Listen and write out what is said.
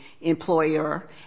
employer